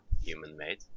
human-made